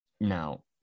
Now